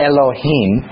Elohim